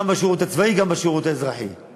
גם בשירות הצבאי, גם בשירות האזרחי.